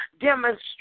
Demonstrate